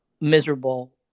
miserable